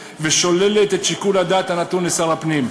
ושוללת את שיקול הדעת הנתון לשר הפנים.